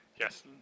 Yes